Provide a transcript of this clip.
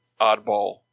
oddball